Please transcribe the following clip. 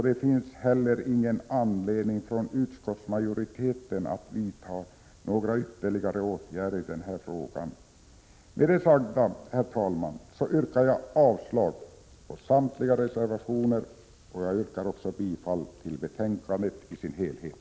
Det finns heller ingen anledning för utskottsmajoriteten att vidta några ytterligare åtgärder i den frågan. Med det sagda, herr talman, yrkar jag avslag på samtliga reservationer och bifall till utskottets hemställan i dess helhet.